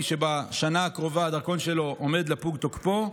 מי שבשנה הקרובה הדרכון שלו עומד לפוג תוקפו,